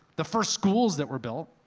the first schools that were built.